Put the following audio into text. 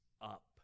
up